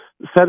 Set